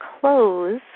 close